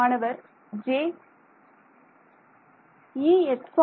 மாணவர் j